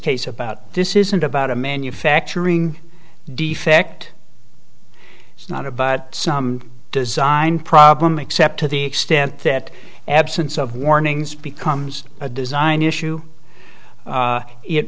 case about this isn't about a manufacturing defect it's not a but some design problem except to the extent that absence of warnings becomes a design issue